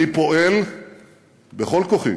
אני פועל בכל כוחי